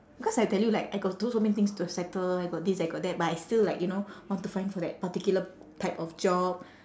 because I tell you like I got so many things to settle I got this I got that but I still like you know want to find for that particular type of job